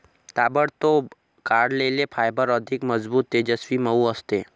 ताबडतोब काढलेले फायबर अधिक मजबूत, तेजस्वी, मऊ असते